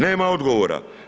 Nema odgovora.